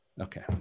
okay